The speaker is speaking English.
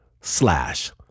slash